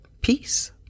peace